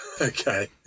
Okay